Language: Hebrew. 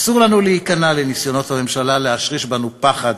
אסור לנו להיכנע לניסיונות הממשלה להשריש בנו פחד